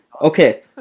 Okay